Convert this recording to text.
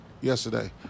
yesterday